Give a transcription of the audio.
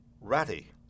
ratty